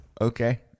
Okay